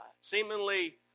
seemingly